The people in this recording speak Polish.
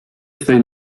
swej